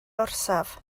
orsaf